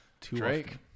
Drake